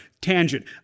tangent